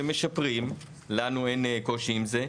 ומשפרים לנו אין קושי עם זה,